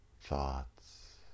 thoughts